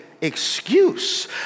excuse